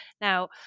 Now